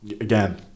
again